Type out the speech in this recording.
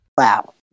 Wow